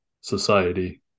society